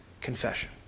Confession